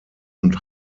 und